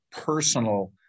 personal